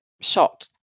shot